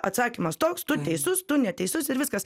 atsakymas toks tu teisus tu neteisus ir viskas